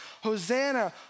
Hosanna